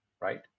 right